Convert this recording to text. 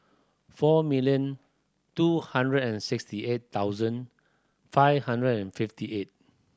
four million two hundred and sixty eight thousand five hundred and fifty eight